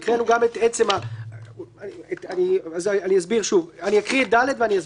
אני אסביר שוב, אני אקריא את (ד) ואני אסביר.